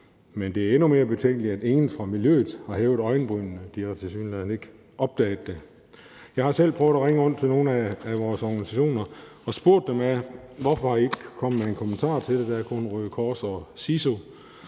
Men det er endnu mere betænkeligt, at ingen fra miljøet har hævet øjenbrynene.« De har tilsyneladende ikke opdaget det. Jeg har selv prøvet at ringe rundt til nogle af vores organisationer og spurgt dem ad, hvorfor de ikke er kommet med nogen kommentarer til det. Der er kun Røde Kors og CISU,